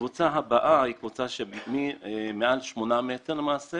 הקבוצה הבאה היא קבוצה של מעל שמונה מטר למעשה